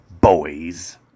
boys